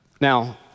Now